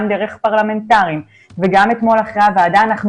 גם דרך פרלמנטרים וגם אתמול אחרי ישיבת ועדת הכספים,